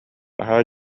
наһаа